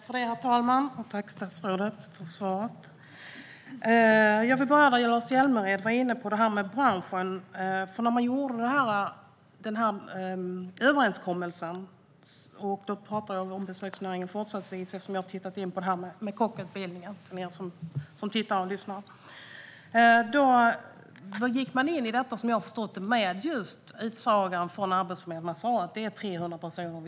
Herr talman! Tack, statsrådet, för svaret! Jag vill börja med det som Lars Hjälmered var inne på om branschen. När man gjorde den här överenskommelsen - jag talar fortsättningsvis om besöksnäringen eftersom jag har tittat på det här med kockutbildningen - gick man in i detta med utsagan från Arbetsförmedlingen att det handlar om 300 personer.